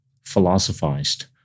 philosophized